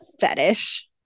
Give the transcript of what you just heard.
fetish